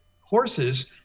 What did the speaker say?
horses